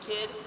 Kid